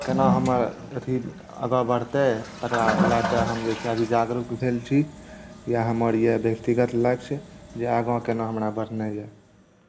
केना हमर अथी आगाँ बढ़तै तकरा लेल कऽ हम जे छै अभी जागरूक भेल छी इएह हमर यए व्यक्तिगत लक्ष्य जे आगाँ केना हमरा बढ़नाइ यए